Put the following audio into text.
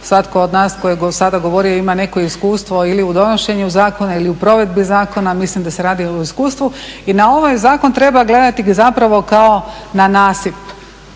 svatko od nas koji je do sada govorimo ima neko iskustvo ili u donošenju zakona ili u provedbi zakona. Mislim da se radi o iskustvu i na ovaj zakon treba gledati zapravo kao na nasip,